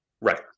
Right